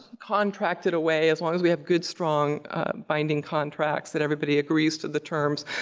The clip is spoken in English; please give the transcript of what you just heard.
contracted away, as long as we have good, strong binding contracts that everybody agrees to the terms,